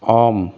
ஆம்